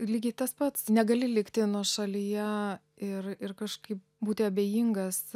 lygiai tas pats negali likti nuošaly ir ir kažkaip būti abejingas